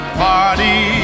party